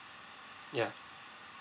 ya